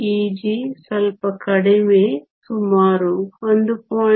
Eg ಸ್ವಲ್ಪ ಕಡಿಮೆ ಸುಮಾರು 1